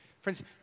Friends